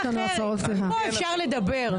פה אפשר לדבר.